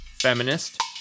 feminist